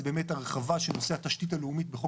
זה באמת הרחבה של נושא התשתית הלאומית בחוק